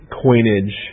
coinage